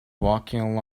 walking